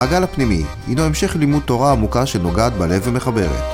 מעגל הפנימי, הינו המשך ללימוד תורה עמוקה שנוגעת בלב ומחברת.